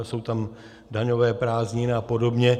Jsou tam daňové prázdniny a podobně.